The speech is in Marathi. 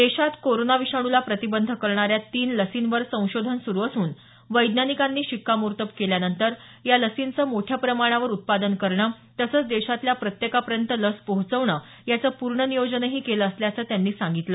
देशात कोरोना विषाणूला प्रतिबंध करणाऱ्या तीन लसींवर संशोधन सुरु असून वैज्ञानिकांनी शिक्कामोर्तब केल्यानंतर या लसींचं मोठ्या प्रमाणावर उत्पादन करणं तसंच देशातल्या प्रत्येकापर्यंत लस पोहोचवणं याचं पूर्ण नियोजनही केलं असल्याचं त्यांनी सांगितलं